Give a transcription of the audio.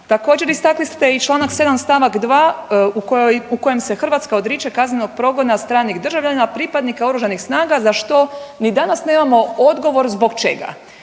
Također istakli ste i članak 7. stavak 2. u kojem se Hrvatska odriče kaznenog progona stranih državljana pripadnika oružanih snaga za što ni danas nemamo odgovor zbog čega.